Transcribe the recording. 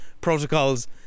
Protocols